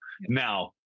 now